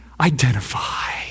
identify